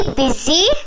busy